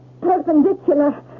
perpendicular